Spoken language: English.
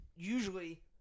Usually